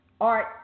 Art